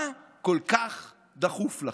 מה כל כך דחוף לכם?